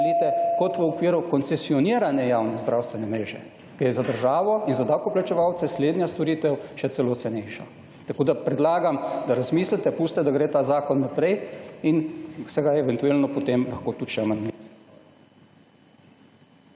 kot v okviru koncesionirane javne zdravstvene mreže. Gre za državo in za davkoplačevalce slednja storitev še celo cenejša. Tako, da predlagam, da razmislite, pustite da gre ta zakon naprej in se ga eventuelno potem lahko tudi še /